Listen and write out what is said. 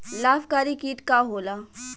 लाभकारी कीट का होला?